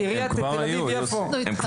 אנחנו לגמרי נהיה שם.